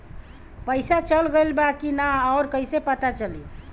पइसा चल गेलऽ बा कि न और कइसे पता चलि?